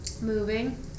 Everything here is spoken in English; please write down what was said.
moving